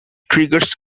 triggers